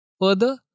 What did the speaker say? further